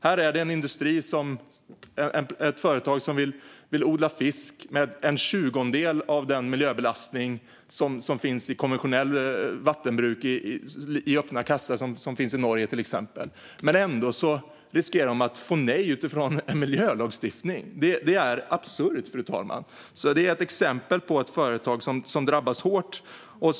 Här är det ett företag som vill odla fisk med en tjugondel av den miljöbelastning som finns i konventionellt vattenbruk i öppna kassar, som i Norge. Ändå riskerar de att få nej utifrån en miljölagstiftning. Det är absurt, fru talman. Det här är ett exempel på ett företag som drabbas hårt.